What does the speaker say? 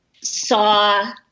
saw